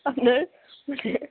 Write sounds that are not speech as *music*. *unintelligible*